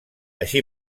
així